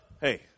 hey